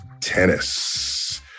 tennis